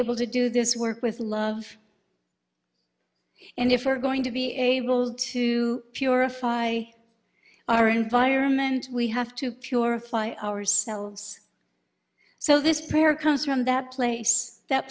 able to do this work with love and if we're going to be able to purify our environment we have to purify ourselves so this prayer comes from that place that